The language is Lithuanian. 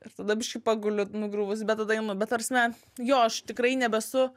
ir tada biškį paguliu nugriuvus bet tada imu bet ta prasme jo aš tikrai nebesu